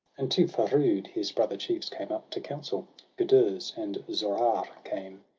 and to ferood his brother chiefs came up to counsel gudurz and zoarrah came,